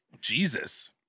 Jesus